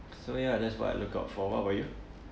so ya that's what I look out for what about you